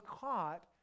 caught